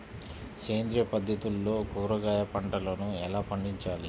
సేంద్రియ పద్ధతుల్లో కూరగాయ పంటలను ఎలా పండించాలి?